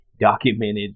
documented